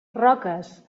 roques